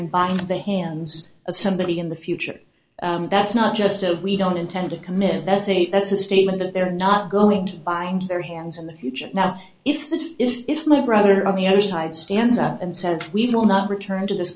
and buy into the hands of somebody in the future that's not just oh we don't intend to commit that's a that's a statement that they're not going to buy into their hands in the future now if that if my brother on the other side stands up and says we know not return to th